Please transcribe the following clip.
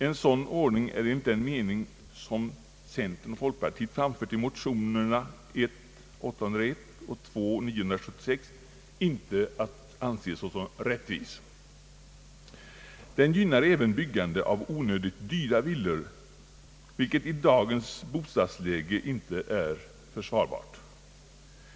En sådan ordning är enligt den mening som centern och folkpartiet framfört i motionerna I: 801 och 1II:976 icke rättvis. Den gynnar även byggande av onödigt dyra villor, vilket i dagens bostadsläge inte är försvarbart.